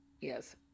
yes